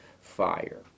fire